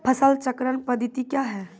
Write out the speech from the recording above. फसल चक्रण पद्धति क्या हैं?